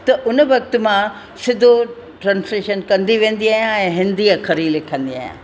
त उन वक़्तु मां सिधो ट्रांस्लेशन कंदी वेंदी आहियां ऐं हिंदी अखर ई लिखंदी आहियां